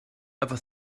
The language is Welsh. efo